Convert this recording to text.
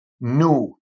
new